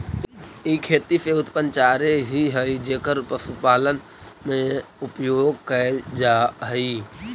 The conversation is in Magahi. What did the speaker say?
ई खेती से उत्पन्न चारे ही हई जेकर पशुपालन में उपयोग कैल जा हई